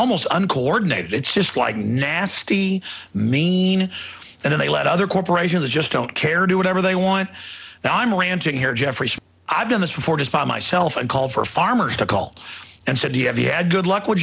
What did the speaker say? almost uncoordinated it's just like nasty mean and then they let other corporations just don't care do whatever they want and i'm ranting here jeffrey i've done this before just by myself and called for farmers to call and said have you had good luck with